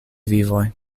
vivoj